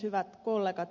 hyvät kollegat